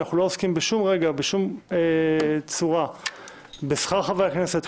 אנחנו לא עוסקים בשום רגע בשום צורה בשכר חברי הכנסת.